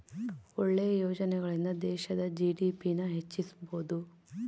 ಒಳ್ಳೆ ಯೋಜನೆಗಳಿಂದ ದೇಶದ ಜಿ.ಡಿ.ಪಿ ನ ಹೆಚ್ಚಿಸ್ಬೋದು